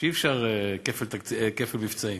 אי-אפשר כפל מבצעים.